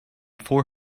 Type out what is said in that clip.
four